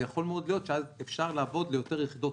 ויכול מאוד להיות שאפשר לעבור להרבה יחידות